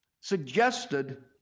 suggested